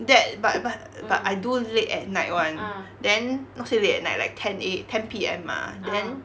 that but but but I do late at night [one] then not say late at night like ten A~ ten P_M ah then